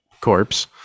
corpse